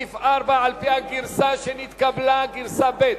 על-פי הגרסה שנתקבלה, גרסה ב'.